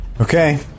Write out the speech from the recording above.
Okay